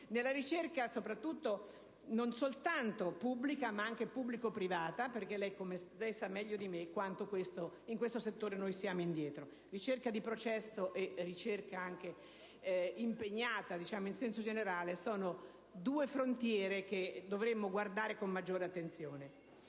nella ricerca non soltanto pubblica ma anche pubblico-privata, perché lei sa meglio di me quanto in questo settore siamo indietro. Ricerca di processo e ricerca in senso generale sono due frontiere alle quali dovremmo guardare con maggiore attenzione.